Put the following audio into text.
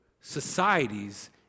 societies